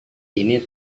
ini